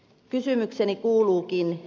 kysymykseni kuuluukin